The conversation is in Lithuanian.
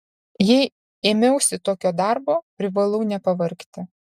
jei ėmiausi tokio darbo privalau nepavargti